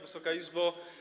Wysoka Izbo!